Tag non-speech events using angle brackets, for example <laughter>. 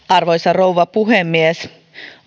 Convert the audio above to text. <unintelligible> arvoisa rouva puhemies